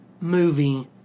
movie